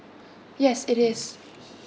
yes it is